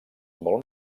molt